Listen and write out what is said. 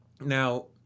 Now